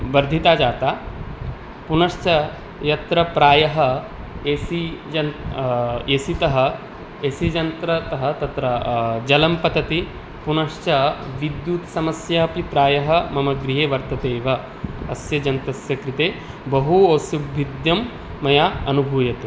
वर्धितः जातः पुनश्च यत्र प्रायः ए सि यन् ए सि तः ए सि यन्त्रतः तत्र जलं पतति पुनश्च विद्युत् समस्यापि प्रायः मम गृहे वर्तते एव अस्य यन्त्रस्य कृते बहु असुविधा मया अनुभूयते